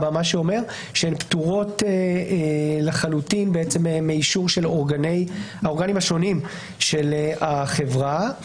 מה שאומר שהן פטורות לחלוטין מאישור של האורגנים השונים של החברה.